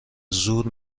زور